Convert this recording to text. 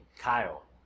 Kyle